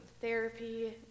therapy